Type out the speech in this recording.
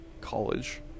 college